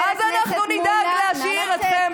את רוצה שאני אצא?